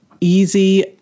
easy